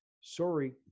Sorry